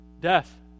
death